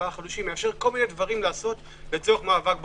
ארבעה חודשים - מאשר כל מיני דברים לעשות לצורך מאבק בקורונה.